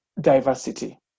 diversity